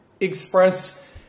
Express